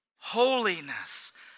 holiness